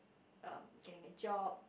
um getting a job